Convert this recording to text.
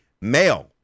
male